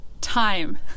time